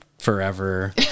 Forever